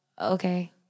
Okay